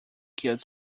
killed